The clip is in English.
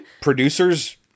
producers